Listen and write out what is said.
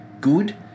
good